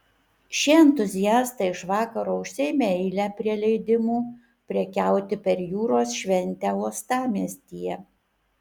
šie entuziastai iš vakaro užsiėmė eilę prie leidimų prekiauti per jūros šventę uostamiestyje